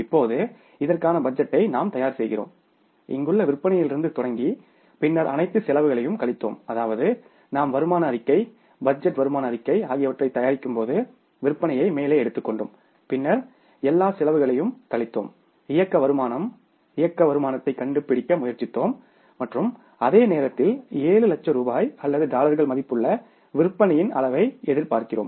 இப்போது இதற்கான பட்ஜெட்டை நாம் தயார் செய்கிறோம் இங்குள்ள விற்பனையிலிருந்து தொடங்கி பின்னர் அனைத்து செலவுகளையும் கழித்தோம் அதாவது நாம் வருமான அறிக்கைபட்ஜெட் வருமான அறிக்கை ஆகியவற்றைத் தயாரிக்கும்போது விற்பனையை மேலே எடுத்துக்கொண்டோம் பின்னர் எல்லா செலவுகளையும் கழித்தோம் ஆப்ரேட்டிங் இன்கம் இயக்க வ்ருமானத்தை கண்டுபிடிக்க முயற்சித்தோம் மற்றும் அதே நேரத்தில் 7 லட்சம் ரூபாய் அல்லது டாலர்கள் மதிப்புள்ள விற்பனையின் அளவை எதிர்பார்க்கிறோம்